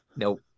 Nope